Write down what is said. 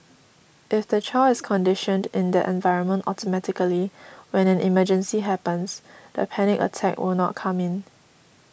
if the child is conditioned in that environment automatically when an emergency happens the panic attack will not come in